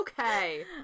Okay